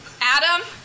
Adam